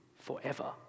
forever